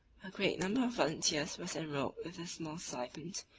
a great number of volunteers was enrolled with a small stipend,